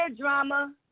Drama